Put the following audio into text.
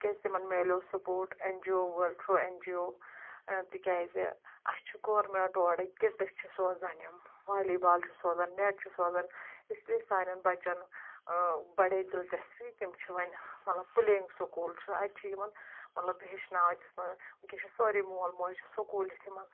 کیاز تِمن ملیو سپورٹ این جی او وٲلۍ تھروٗ این جی او تِکیازِ اسہِ چھُ گورمنٛٹ اورے کِٹس چھ سوران یِم والی بال چھُ سوزان نیٚٹ چھُ سوزان اس لیے سانٮ۪ن بچن اۭں بڑے دلچسپی تِم چھِ وۄنۍ مطلب پٕلییِنٛگ سکول چھُ اتہِ چھُ یِمن مطلب ہیٚچھناوان تِتھ پٲٹھۍ وُنکینس چھِ سٲری مول موج سکول یِتھ یِمن